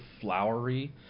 flowery